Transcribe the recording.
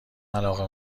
علاقه